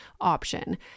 option